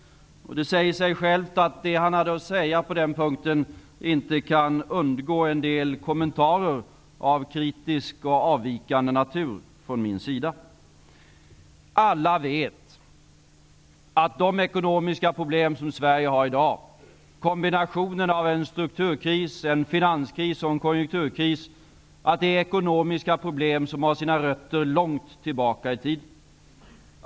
Det säger sig självt att det han hade att anföra på den punkten inte kan undgå en del kommentarer av kritisk och avvikande natur från min sida. Alla vet att de ekonomiska problem som Sverige har i dag — kombinationen av en strukturkris, en finanskris och en konjunkturkris — har sina rötter långt tillbaka i tiden.